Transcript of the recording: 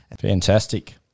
Fantastic